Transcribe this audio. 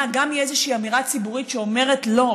גם מאיזושהי אמירה ציבורית שאומרת: לא,